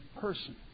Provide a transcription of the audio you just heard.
person